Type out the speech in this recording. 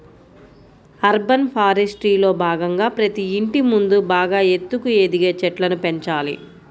urban ఫారెస్ట్రీలో భాగంగా ప్రతి ఇంటి ముందు బాగా ఎత్తుగా ఎదిగే చెట్లను పెంచాలి